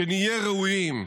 שנהיה ראויים.